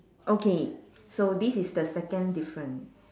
okay so this is the second different